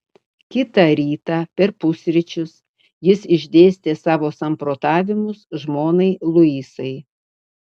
kitą rytą per pusryčius jis išdėstė savo samprotavimus žmonai luisai